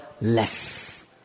less